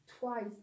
twice